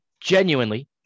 Genuinely